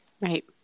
Right